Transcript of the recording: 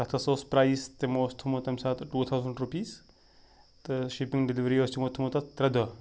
تَتھ ہَسا اوس پایِس تِمو اوس تھوٚمُت تَمہِ ساتہٕ ٹوٗ تھاوزَنٛڈ رُپیٖز تہٕ شِپِنٛگ ڈیٚلؤری ٲس تِمو تھومُت تَتھ ترٛےٚ دۄہ